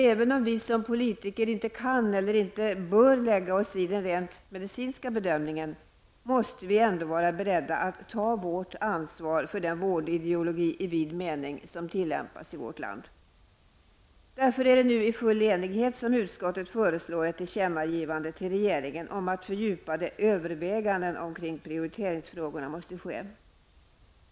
Även om vi som politiker inte kan eller bör lägga oss i den rent medicinska bedömningen måste vi vara beredda att ta vårt ansvar för den vårdideologi i vid mening som tillämpas i vårt land. Därför är det nu i full enighet som utskottet föreslår ett tillkännagivande till regeringen om att fördjupade överväganden omkring prioriteringsfrågorna måste ske.